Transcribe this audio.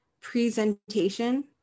presentation